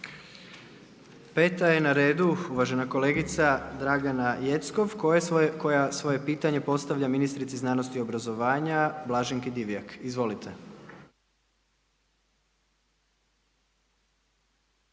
Peta je na redu uvažena kolegica Dragana Jeckov koja svoje pitanje postavlja ministrici znanosti i obrazovanja Blaženki Divjak. Izvolite.